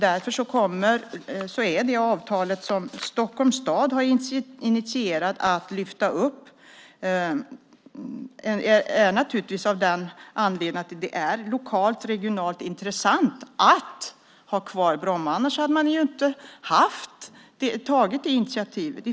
Därför finns det avtal som Stockholms stad har initierat att lyfta upp. Det har man gjort av den anledningen att det är lokalt och regionalt intressant att ha kvar Bromma. Annars hade man inte tagit det initiativet.